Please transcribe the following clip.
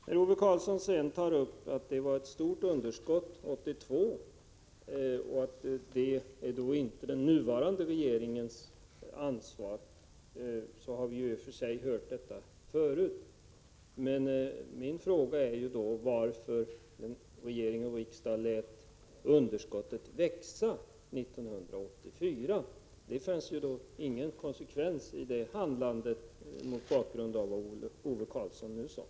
När Ove Karlsson talar om det stora underskottet 1982 och säger att det inte är den nuvarande regeringens ansvar, är det något vi har hört förut. Min fråga är då varför regering och riksdag lät underskottet växa 1984. Det finns ingen konsekvens i det handlandet mot bakgrund av vad Ove Karlsson nu sade.